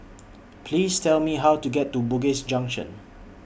Please Tell Me How to get to Bugis Junction